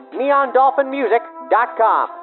neondolphinmusic.com